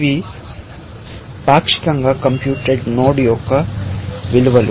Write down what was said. ఇవి పాక్షికంగా computed node యొక్క విలువలు